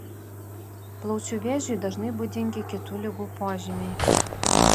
plaučių vėžiui dažnai būdingi kitų ligų požymiai